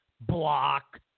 block